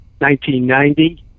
1990